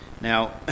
Now